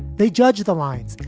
they judge the lines.